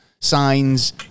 signs